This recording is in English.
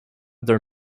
their